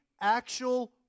actual